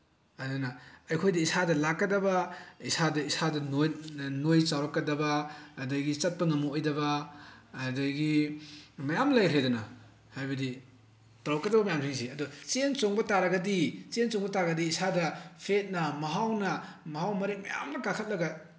ꯑꯗꯨꯅ ꯑꯩꯈꯣꯏꯗ ꯏꯁꯥꯗ ꯂꯥꯛꯀꯗꯕ ꯏꯁꯥꯗ ꯏꯁꯥꯗ ꯅꯣꯏ ꯆꯥꯎꯔꯛꯀꯗꯕ ꯑꯗꯒꯤ ꯆꯠꯄ ꯉꯝꯃꯛꯑꯣꯏꯗꯕ ꯑꯗꯒꯤ ꯃꯌꯥꯝ ꯂꯩꯈ꯭ꯔꯦꯗꯅ ꯍꯥꯏꯕꯗꯤ ꯇꯧꯔꯛꯀꯗꯕ ꯃꯌꯥꯝꯁꯤꯡꯁꯤ ꯑꯗꯨ ꯆꯦꯟ ꯆꯣꯡꯕ ꯇꯥꯔꯒꯗꯤ ꯆꯦꯟ ꯆꯣꯡꯕ ꯇꯥꯔꯗꯤ ꯏꯁꯥꯗ ꯐꯦꯠꯅ ꯃꯍꯥꯎꯅ ꯃꯍꯥꯎ ꯃꯔꯦꯛ ꯃꯌꯥꯝꯅ ꯀꯥꯈꯠꯂꯒ